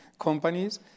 companies